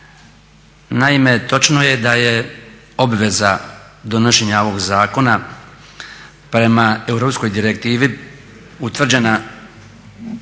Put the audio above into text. Naime, točno je da je obveza donošenja ovog zakona prema europskoj direktivi utvrđena i daj